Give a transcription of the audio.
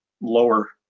lower